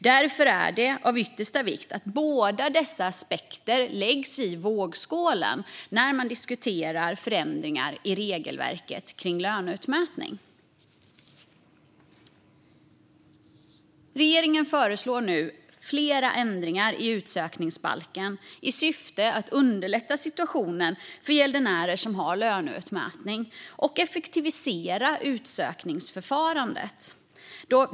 Det är därför av yttersta vikt att båda dessa aspekter läggs i vågskålen när man diskuterar förändringar i regelverket för löneutmätning. Regeringen föreslår nu flera ändringar i utsökningsbalken i syfte att underlätta situationen för gäldenärer som har löneutmätning och att effektivisera utsökningsförfarandet.